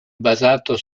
basato